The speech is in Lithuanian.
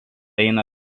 eina